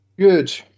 Good